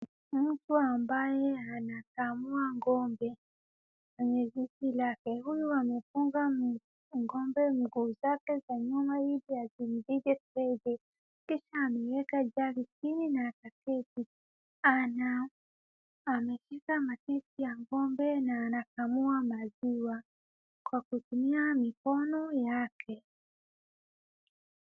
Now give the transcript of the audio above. Mtu ambaye anakamua ng'ombe na kwenye zizi lake. Huyu amefunga ng'ombe miguu zake za nyuma ili aisimpige teke. Kisha ameweka jug chini na akaketi. Ana ameshika matiti ya ng'ombe na anakamua maziwa kwa kutumia mikono yake.